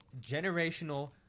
generational